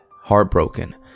heartbroken